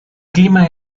clima